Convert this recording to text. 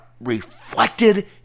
reflected